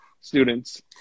students